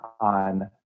on